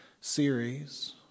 series